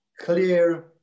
clear